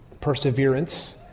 perseverance